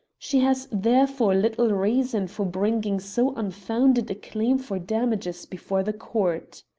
she has therefore little reason for bringing so unfounded a claim for damages before the court.